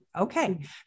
Okay